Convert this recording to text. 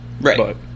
Right